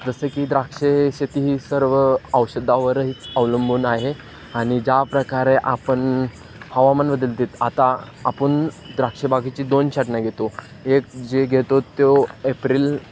जसं की द्राक्षे शेती ही सर्व औषधावर हीच अवलंबून आहे आणि ज्याप्रकारे आपण हवामान बदलतात आता आपण द्राक्ष बागेची दोन छाटणा घेतो एक जे घेतो तो एप्रिल